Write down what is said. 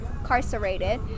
incarcerated